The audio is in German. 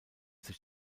sich